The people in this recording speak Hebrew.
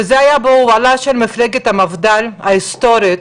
וזה היה בהובלה של מפלגת המפד"ל ההיסטורית,